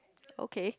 okay